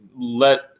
let